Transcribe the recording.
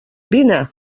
vine